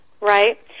Right